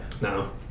No